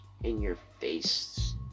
in-your-face